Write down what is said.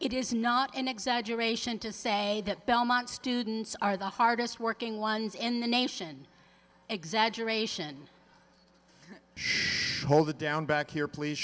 it is not an exaggeration to say that belmont students are the hardest working ones in the nation exaggeration short of the down back here please